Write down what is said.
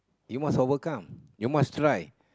you must overcome you must try